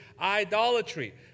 idolatry